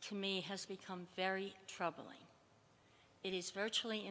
to me has become very troubling it is virtually